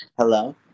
hello